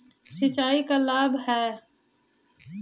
सिंचाई का लाभ है?